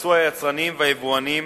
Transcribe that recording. יפרסו היצרנים והיבואנים